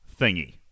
thingy